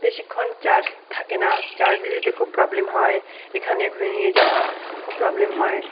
বেশিক্ষণ চার্জ থাকে না চার্জে দিতে খুব প্রবলেম হয় এখানে ওখানে নিয়ে যাওয়া খুব প্রবলেম হয়